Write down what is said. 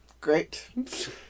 Great